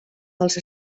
dels